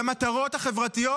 למטרות חברתיות,